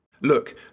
look